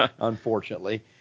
Unfortunately